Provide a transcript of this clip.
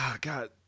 God